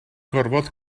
gorfod